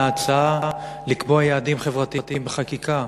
מההצעה לקבוע יעדים חברתיים בחקיקה?